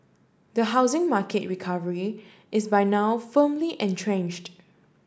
the housing market recovery is by now firmly entrenched